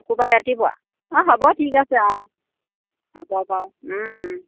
শুকুৰবাৰে ৰাতিপুৱা অঁ হ'ব ঠিক আছে অঁ হ'ব বাৰু